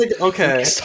okay